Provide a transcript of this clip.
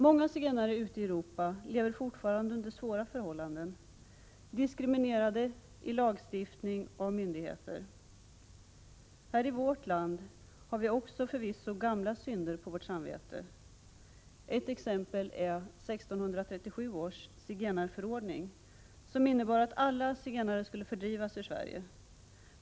Många zigenare ute i Europa lever fortfarande under svåra förhållanden —: diskriminerade i lagstiftning och av myndigheter. I vårt land har vi förvisso gamla synder på vårt samvete. Ett exempel är 1637 års zigenarförordning som innebar att alla zigenare skulle fördrivas ur Sverige.